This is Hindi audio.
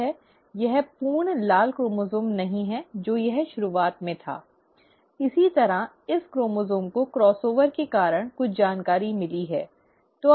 यह पूर्ण लाल क्रोमोसोम् नहीं है जो यह शुरुआत में था इसी तरह इस क्रोमोसोम् को क्रॉस ओवर के कारण कुछ जानकारी मिली है